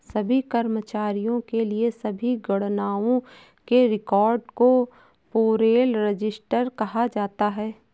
सभी कर्मचारियों के लिए सभी गणनाओं के रिकॉर्ड को पेरोल रजिस्टर कहा जाता है